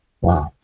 wow